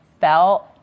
felt